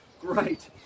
Great